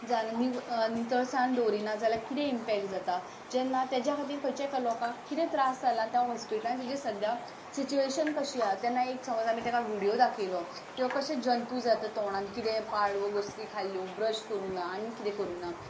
नितळसाण दवरिना जाल्यार किदें इमपेक्ट जाता जेन्ना तेज्या खातीर खंयच्याय एका लोकाक किदें त्रास जाला जावं हॉस्पिटलान तेजी सद्द्यां सिच्युएशन कशी आसा तेन्ना एक समज तेका विडिओ दाकयलो किंवां कशे जंतू जाता तोंडांत किंवां पाड गोश्टी खाल्यो ब्रश करूंक ना आनी किदें करूंक ना